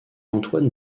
antoine